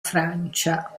francia